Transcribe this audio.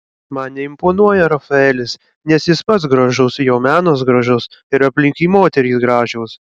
man neimponuoja rafaelis nes jis pats gražus jo menas gražus ir aplink jį moterys gražios